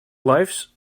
lifes